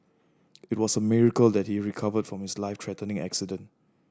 it was a miracle that he recovered from his life threatening accident